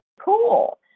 cool